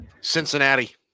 Cincinnati